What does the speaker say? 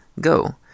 Go